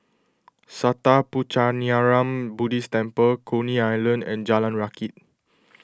Sattha Puchaniyaram Buddhist Temple Coney Island and Jalan Rakit